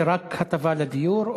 זה רק הטבה לדיור?